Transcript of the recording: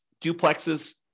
duplexes